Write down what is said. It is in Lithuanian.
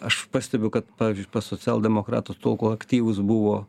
aš pastebiu kad pavyzdžiui pas socialdemokratus tol kol aktyvus buvo